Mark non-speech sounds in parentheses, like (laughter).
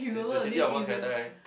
(breath) the City-of-Bones character right